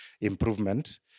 improvement